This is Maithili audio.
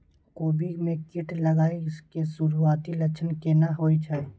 कोबी में कीट लागय के सुरूआती लक्षण केना होय छै